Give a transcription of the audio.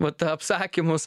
vat apsakymus